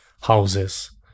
houses